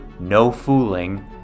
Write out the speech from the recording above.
NOFOOLING